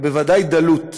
ובוודאי דלות.